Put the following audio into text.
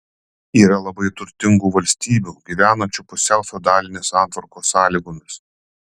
yra labai turtingų valstybių gyvenančių pusiau feodalinės santvarkos sąlygomis